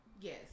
yes